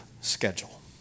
schedule